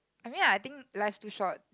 I mean I think life's too short